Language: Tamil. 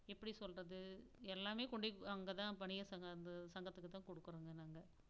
எப்படி சொல்கிறது எல்லாமே கொண்டு அங்கே தான் வணிகர் சங்கம் அந்த சங்கத்துக்கு தான் கொடுக்குறோங்க நாங்கள்